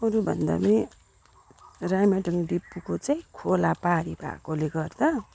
अरू भन्दा नि राइमाटाङ डिपोको चाहिँ खोला पारि भएकोले गर्दा